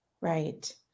right